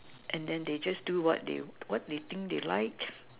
and then they just do what they what they think they like